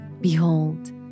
Behold